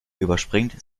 überspringt